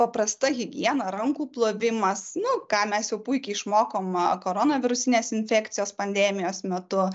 paprasta higiena rankų plovimas nu ką mes jau puikiai išmokom koronavirusinės infekcijos pandemijos metu